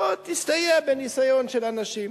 בוא, תסתייע בניסיון של אנשים.